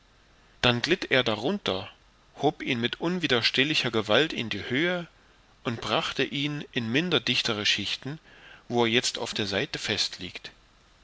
dann glitt er darunter hob ihn mit unwiderstehlicher gewalt in die höhe und brachte ihn in minder dichte schichten wo er jetzt auf der seite fest liegt